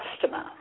customer